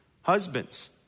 Husbands